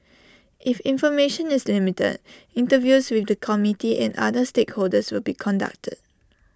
if information is limited interviews with the community and other stakeholders will be conducted